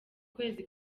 kwezi